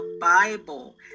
Bible